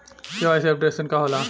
KYC updation का होला?